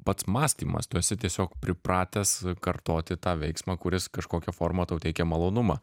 pats mąstymas tu esi tiesiog pripratęs kartoti tą veiksmą kuris kažkokia forma tau teikia malonumą